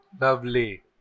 Lovely